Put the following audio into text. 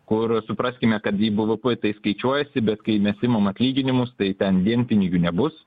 kur supraskime kad į bvp tai skaičiuojasi bet kai mes imam atlyginimus tai ten dienpinigių nebus